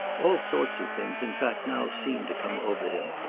all sorts of things in fact now seemed to come over him,